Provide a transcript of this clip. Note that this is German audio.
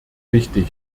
wichtig